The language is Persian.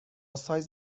سایز